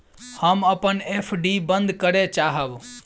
हम अपन एफ.डी बंद करय चाहब